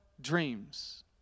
dreams